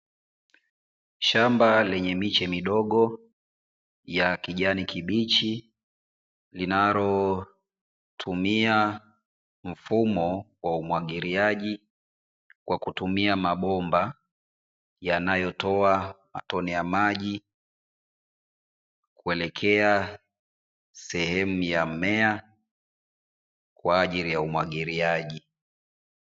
Shamba lenye miche midogo ya kijani kibichi, linalotumia mfumo wa umwagiliaji kwa kutumia mabomba yanayotoa matone ya maji kuelekea sehemu ya mmea kwa ajili ya umwagiliaji.